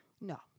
No